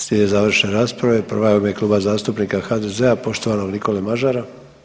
Slijede završne rasprave, prva je u ime Kluba zastupnika HDZ-a poštovanog Nikole Mažara.